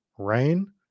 rain